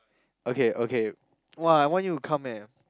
okay okay !wah! why you come eh